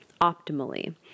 optimally